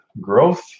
growth